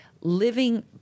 living